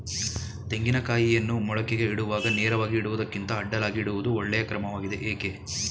ತೆಂಗಿನ ಕಾಯಿಯನ್ನು ಮೊಳಕೆಗೆ ಇಡುವಾಗ ನೇರವಾಗಿ ಇಡುವುದಕ್ಕಿಂತ ಅಡ್ಡಲಾಗಿ ಇಡುವುದು ಒಳ್ಳೆಯ ಕ್ರಮವಾಗಿದೆ ಏಕೆ?